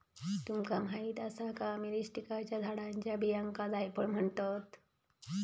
तुमका माहीत आसा का, मिरीस्टिकाच्या झाडाच्या बियांका जायफळ म्हणतत?